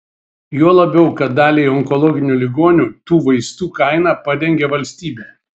juo labiau kad daliai onkologinių ligonių tų vaistų kainą padengia valstybė